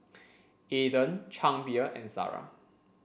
Aden Chang Beer and Zara